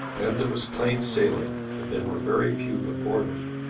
then there was plain sailing and there were very few before them.